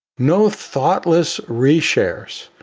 no thoughtless, reshares.